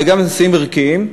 וגם בנושאים ערכיים,